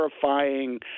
terrifying